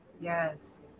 Yes